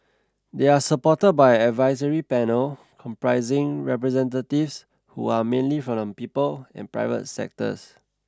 they are supported by an advisory panel comprising representatives who are mainly from the people and private sectors